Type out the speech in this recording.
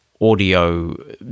audio